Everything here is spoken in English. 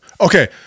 Okay